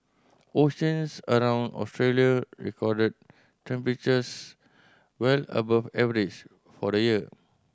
oceans around Australia recorded temperatures well above average for the year